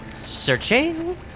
Searching